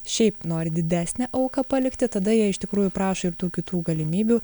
šiaip nori didesnę auką palikti tada jie iš tikrųjų prašo ir tų kitų galimybių